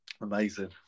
amazing